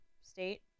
state